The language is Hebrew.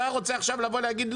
אתה רוצה עכשיו לבוא ולהגיד,